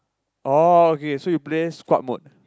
oh okay so you play squad mode